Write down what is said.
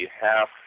half